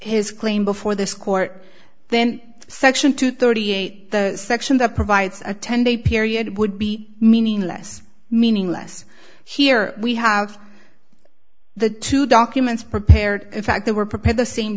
his claim before this court then section two thirty eight the section that provides a ten day period would be meaningless meaningless here we have the two documents prepared in fact they were prepared the same